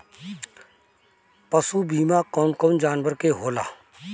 पशु बीमा कौन कौन जानवर के होला?